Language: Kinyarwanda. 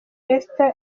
esther